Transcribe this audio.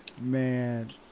man